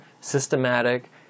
systematic